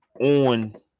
on